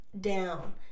down